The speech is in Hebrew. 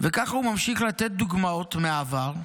וכך הוא ממשיך לתת דוגמאות מהעבר.